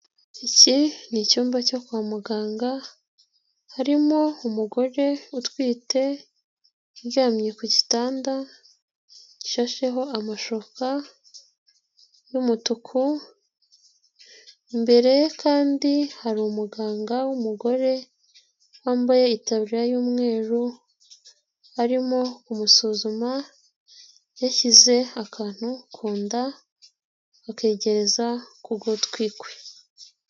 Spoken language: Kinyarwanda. Iki ni icyumba cyo kwa muganga harimo umugore utwite uryamye ku gitanda gishasheho amashuka y'umutuku, imbere ye kandi hari umuganga w'umugore wambaye itaburiya y'umweru arimo kumusuzuma yashyize akantu ku nda akegeza ku gutwi kwe.